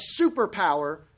superpower